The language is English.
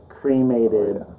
cremated